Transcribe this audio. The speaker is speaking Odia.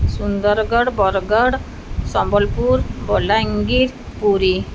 ସୁନ୍ଦରଗଡ଼ ବରଗଡ଼ ସମ୍ବଲପୁର ବଲାଙ୍ଗୀର ପୁରୀ